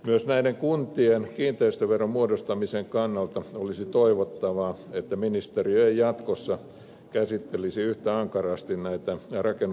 myös kuntien kiinteistöveron muodostamisen kannalta olisi toivottavaa että ministeriö ei jatkossa käsittelisi yhtä ankarasti näitä rakennusoikeuksia